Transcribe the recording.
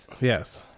Yes